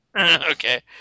Okay